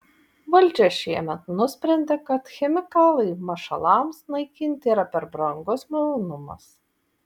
valdžia šiemet nusprendė kad chemikalai mašalams naikinti yra per brangus malonumas